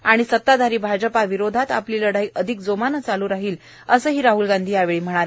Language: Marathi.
आणि सताधारी भाजपा विरोधात आपली लढाई अधिक जोमानं चालू राहिल असं राह्ल गांधी यावेळी म्हणाले